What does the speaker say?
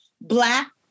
black